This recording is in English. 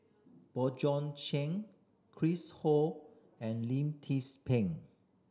Bjorn Shen Chris Ho and Lim Tze Peng